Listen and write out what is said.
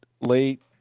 late